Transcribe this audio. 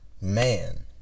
man